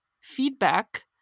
feedback